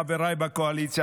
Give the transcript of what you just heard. חבריי בקואליציה,